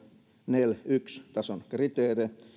nel yksi tason kriteerein